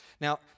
Now